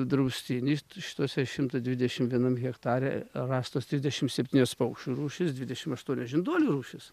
draustiny šituose šimtas dvidešim vienam hektare rastos trisdešim septynios paukščių rūšis dvidešim aštuonios žinduolių rūšys